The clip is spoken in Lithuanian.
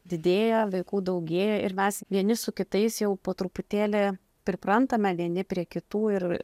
didėja vaikų daugėja ir mes vieni su kitais jau po truputėlį priprantame vieni prie kitų ir